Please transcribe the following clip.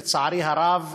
לצערי הרב,